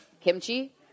Kimchi